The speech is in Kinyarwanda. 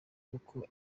uko